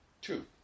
Two